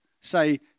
say